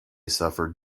suffered